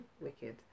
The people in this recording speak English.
wicked